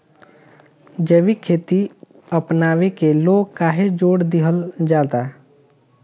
जैविक खेती अपनावे के लोग काहे जोड़ दिहल जाता?